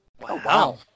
Wow